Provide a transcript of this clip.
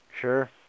Sure